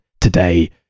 today